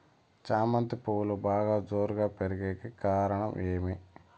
చామంతి పువ్వులు బాగా జోరుగా పెరిగేకి కారణం ఏమి?